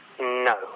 No